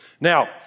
Now